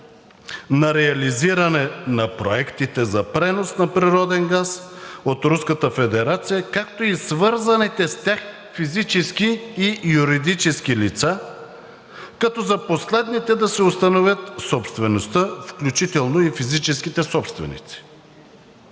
на реализиране на проектите за пренос на природен газ от Руската федерация, както и свързаните с тях физически и юридически лица, като за последните да се установят собствеността, включително и физическите собственици.